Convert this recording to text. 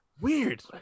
Weird